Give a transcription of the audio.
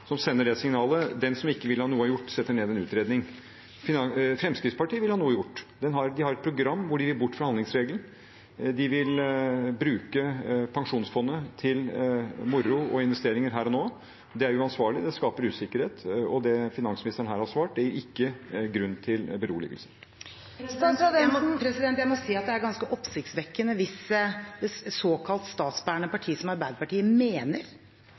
utredning. Fremskrittspartiet vil ha noe gjort. De har et partiprogram hvor de sier at de vil bort fra handlingsregelen. De vil bruke pensjonsfondet til moro og investeringer her og nå. Det er uansvarlig og skaper usikkerhet. Og det som finansministeren her har svart, gir ikke grunn til beroligelse. Det er ganske oppsiktsvekkende hvis et såkalt statsbærende parti som Arbeiderpartiet mener